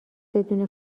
بدون